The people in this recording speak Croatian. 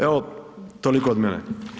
Evo, toliko od mene.